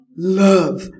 love